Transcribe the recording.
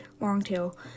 Longtail